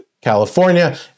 California